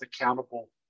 accountable